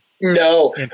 No